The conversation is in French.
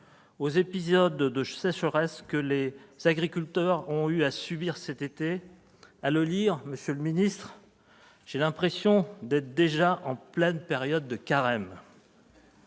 aux épisodes de sécheresse que les agriculteurs ont eu à subir cet été. À le lire, monsieur le ministre, j'ai l'impression d'être déjà en pleine période de carême